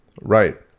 Right